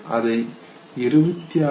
அதை 26